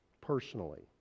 personally